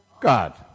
God